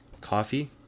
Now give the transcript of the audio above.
coffee